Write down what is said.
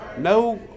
no